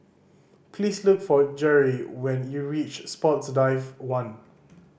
please look for Jere when you reach Sports Drive One